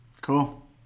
Cool